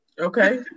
okay